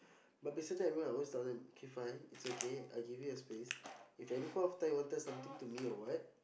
but beside that you know I always tell them okay fine it's okay I give you a space if any point of time you want tell something to me or what